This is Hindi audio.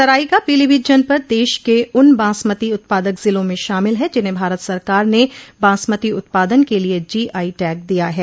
तराई का पीलीभीत जनपद देश के उन बासमती उत्पादक जिलों में शामिल है जिन्हें भारत सरकार ने बासमती उत्पादन के लिए जीआई टैग दिया है